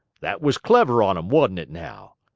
that was clever on em, wa'n't it now?